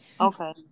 Okay